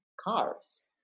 cars